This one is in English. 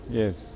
yes